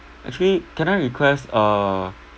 actually can I request uh